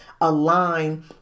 align